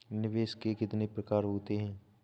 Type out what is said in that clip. निवेश के कितने प्रकार होते हैं?